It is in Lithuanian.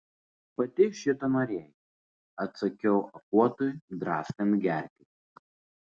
pati šito norėjai atsakiau akuotui draskant gerklę